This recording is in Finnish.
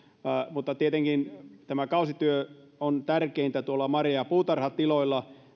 mutta tietenkin tämä kausityö on tärkeintä marja ja puutarhatiloilla